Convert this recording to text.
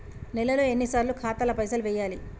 నెలలో ఎన్నిసార్లు ఖాతాల పైసలు వెయ్యాలి?